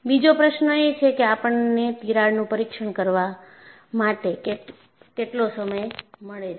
બીજો પ્રશ્ન એ છે કે આપણને તિરાડનું પરીક્ષણ કરવા માટે કેટલો સમય મળે છે